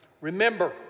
Remember